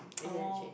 recent you change